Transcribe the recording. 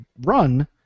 run